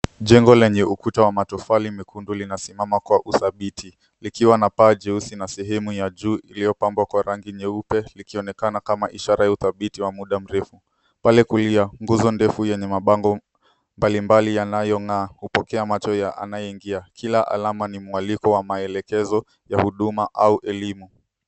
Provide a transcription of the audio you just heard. Jengo lenye ukuta wa matofali mekundu linasimama kwa udhabiti likiwa na paa jeusi na sehemu ya juu iliyopambwa kwa rangi nyeupe likionekana kama ishara ya udhabiti wa mda mrefu. Pale kulia, nguzo ndefu yenye mabango mbalimbali yanayong'aa, hupokea macho ya anayeingia. Kila alama ni mwaliko wa maelekezo ya huduma au elimu.